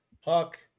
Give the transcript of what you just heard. Huck